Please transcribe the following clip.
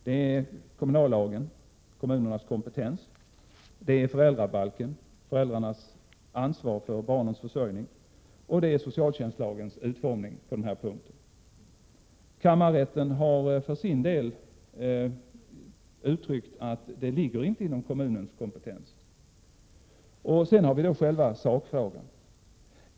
Det gäller kommunallagens bestämmelser om kommunernas kompetens, föräldrabalkens föreskrifter om föräldrarnas ansvar för barnens försörjning och utformningen av socialtjänstlagen på denna punkt. Kammarrätten har för sin del givit uttryck för att en sådan lösning inte ligger inom kommunens kompetens. Därtill kommer sakfrågan som sådan.